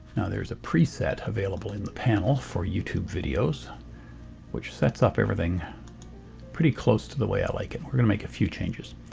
now there's a preset available in the panel for youtube videos which sets up everything pretty close to the way i like it. we're going to make a few changes.